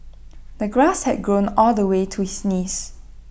the grass had grown all the way to his knees